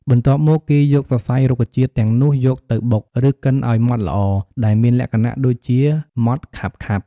បន្ទាប់មក គេយកសរសៃរុក្ខជាតិទាំងនោះយកទៅបុក ឬកិនឱ្យម៉ដ្ឋល្អ ដែលមានលក្ខណៈដូចជាម៉ដ្ឋខាប់ៗ។